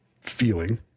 feeling